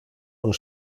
und